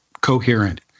coherent